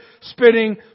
spitting